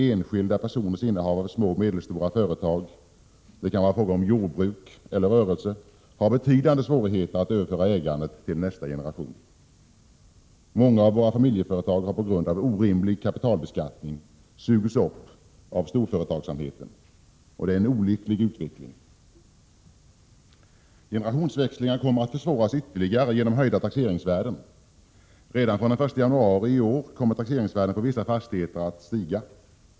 Enskilda personer med innehav av små och medelstora företag — det kan vara fråga om jordbruk eller rörelse — har betydande svårigheter att överföra ägandet till nästa generation. Många av våra familjeföretag har på grund av orimlig kapitalbeskattning sugits upp av storföretagsamheten. Det är en olycklig utveckling. Generationsväxlingar kommer att försvåras ytterligare genom höjda taxeringsvärden. Redan den 1 januari i år kommer taxeringsvärdena på vissa fastigheter att stiga.